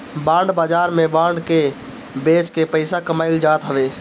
bond बाजार में bond के बेच के पईसा कमाईल जात हवे